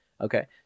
okay